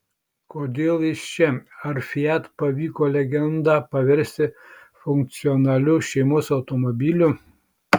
kodėl jis čia ar fiat pavyko legendą paversti funkcionaliu šeimos automobiliu